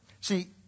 See